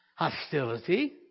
Hostility